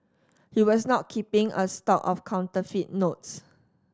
he was not keeping a stock of counterfeit notes